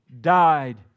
died